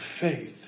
faith